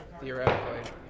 Theoretically